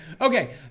Okay